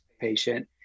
patient